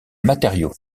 matériau